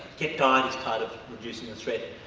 correct diet as part of reducing the threat